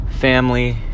family